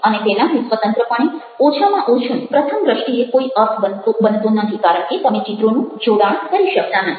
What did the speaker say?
અને તેનાથી સ્વતંત્રપણે ઓછામાં ઓછું પ્રથમ દ્રષ્ટિએ કોઈ અર્થ બનતો નથી કારણ કે તમે ચિત્રોનું જોડાણ કરી શકતા નથી